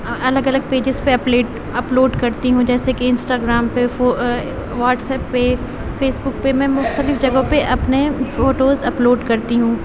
الگ الگ پیجیز پہ اپلیٹ اپلوڈ کرتی ہوں جیسے کہ انسٹگرام پہ واٹس ایپ پہ فیس بک پہ میں مختلف جگہوں پہ اپنے فوٹوز اپلوڈ کرتی ہوں